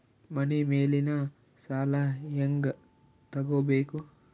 ಮನಿ ಮೇಲಿನ ಸಾಲ ಹ್ಯಾಂಗ್ ತಗೋಬೇಕು?